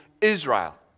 Israel